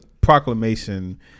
proclamation